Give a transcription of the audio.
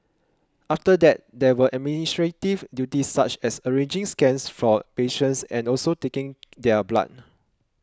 after that there were administrative duties such as arranging scans for patients and also taking their blood